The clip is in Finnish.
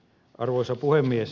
arvoisa puhemies